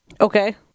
okay